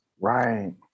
Right